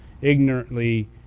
ignorantly